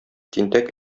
тинтәк